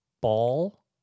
ball